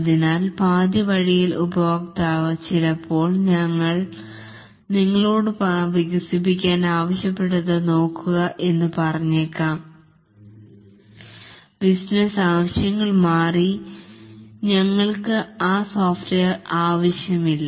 അതിനാൽ പാതിവഴിയിൽ ഉപഭോക്താവ് ചിലപ്പോൾ ഞങ്ങൾ നിങ്ങളോട് വികസിപ്പിക്കാൻ ആവശ്യപ്പെട്ടത് നോക്കുക എന്നു പറഞ്ഞേക്കാം ബിസിനസ് ആവശ്യങ്ങൾ മാറി ഞങ്ങൾക്ക് ആ സോഫ്റ്റ്വെയർ ആവശ്യമില്ല